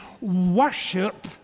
worship